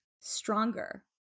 stronger